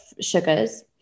sugars